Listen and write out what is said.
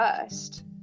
first